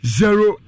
zero